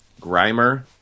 grimer